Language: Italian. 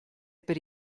per